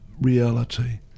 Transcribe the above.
reality